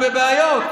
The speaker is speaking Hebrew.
אז אנחנו בבעיות.